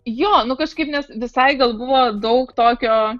jo nu kažkaip nes visai gal buvo daug tokio